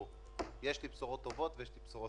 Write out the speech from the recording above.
הבנתי שפרופ'